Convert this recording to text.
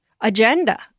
agenda